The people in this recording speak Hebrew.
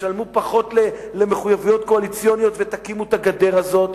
תשלמו פחות למחויבויות קואליציוניות ותקימו את הגדר הזאת,